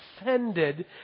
offended